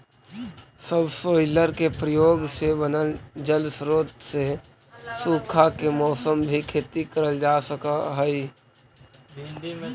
subsoiler के प्रयोग से बनल जलस्रोत से सूखा के मौसम में भी खेती करल जा सकऽ हई